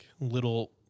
little